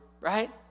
right